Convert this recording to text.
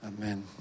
Amen